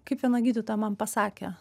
kaip viena gydytoja man pasakė